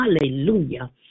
hallelujah